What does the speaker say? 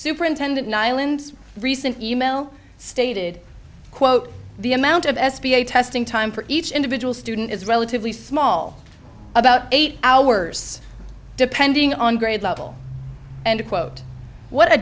superintendent niland recent email stated quote the amount of s b a testing time for each individual student is relatively small about eight hours depending on grade level and quote what a